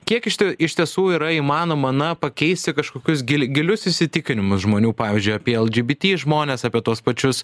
kiek iš tie iš tiesų yra įmanoma na pakeisti kažkokius gi gilius įsitikinimus žmonių pavyzdžiui apie lgbt žmones apie tuos pačius